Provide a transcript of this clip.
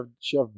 Chef